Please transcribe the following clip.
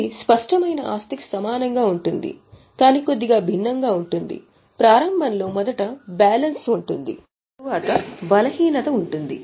ఇది స్పష్టమైన ఆస్తికి సమానంగా ఉంటుంది కానీ కొద్దిగా భిన్నంగా ఉంటుంది ప్రారంభం లో మొదట బ్యాలెన్స్ ఉంటుంది తరువాత బలహీనత ఉంటుంది